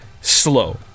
slow